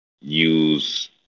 use